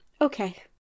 okay